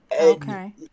okay